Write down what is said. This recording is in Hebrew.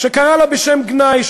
שקרא לה בשם גנאי,